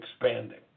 expanding